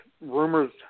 rumors